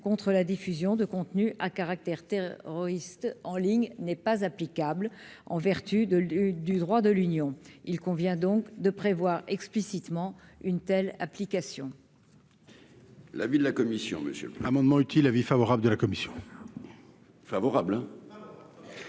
contre la diffusion de contenus à caractère ruisseau en ligne n'est pas applicable en vertu de du du droit de l'Union, il convient donc de prévoir explicitement une telle application. La ville de la Commission, monsieur l'amendement utile : avis favorable de la commission. Favorable. S'il n'y